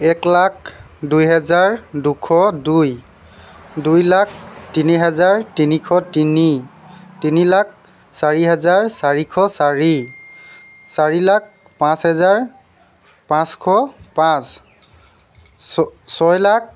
এক লাখ দুই হেজাৰ দুশ দুই দুই লাখ তিনি হেজাৰ তিনিশ তিনি তিনি লাখ চাৰি হেজাৰ চাৰিশ চাৰি চাৰি লাখ পাঁচ হেজাৰ পাঁচশ পাঁচ ছ ছয় লাখ